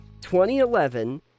2011